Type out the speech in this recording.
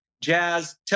Jazz